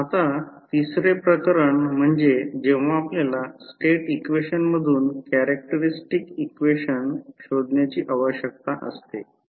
आता तिसरे प्रकरण म्हणजे जेव्हा आपल्याला स्टेट इक्वेशन मधून कॅरेक्टरस्टिक्स इक्वेशन शोधण्याची आवश्यकता असते